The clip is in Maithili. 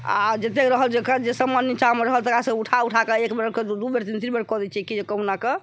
आ जतेक रहल जेकरा जे समान निच्चामे रहल तेकरा सभके उठा उठाके एक बेर दू दू बेर तीन तीन बेर कय दै छियै कि कहुनाके उठाकऽ